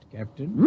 Captain